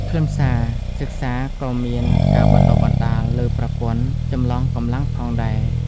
ខ្លឹមសារសិក្សាក៏មានការបណ្តុះបណ្តាលលើប្រព័ន្ធចម្លងកម្លាំងផងដែរ។